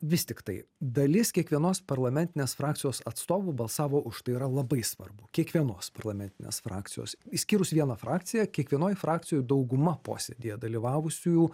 vis tiktai dalis kiekvienos parlamentinės frakcijos atstovų balsavo už tai yra labai svarbu kiekvienos parlamentinės frakcijos išskyrus vieną frakciją kiekvienoj frakcijoj dauguma posėdyje dalyvavusiųjų